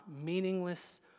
meaningless